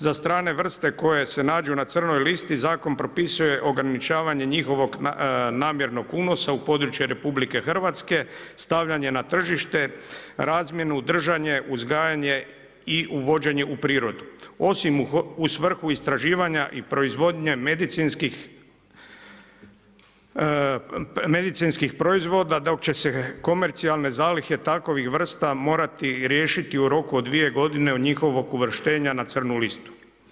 Za strane veste koje se nađu na crnoj listi zakon propisuje ograničavanje njihovog namjernog unosa u područje RH, stavljanje na tržište, razmjenu, držanje, uzgajanje i uvođenje u prirodu osim u svrhu istraživanja i proizvodnje medicinskih proizvoda dok će se komercijalne zalihe takvih vrsta morati riješiti u roku 2 godine od njihovog uvrštenja na crnu listu.